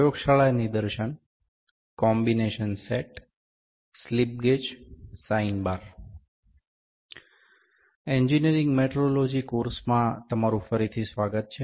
પ્રયોગશાળા નિદર્શન combination set slip gauge sine bar engineering metrology કોર્સમાં તમારું ફરીથી સ્વાગત છે